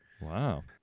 Wow